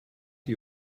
die